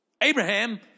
Abraham